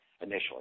initially